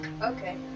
Okay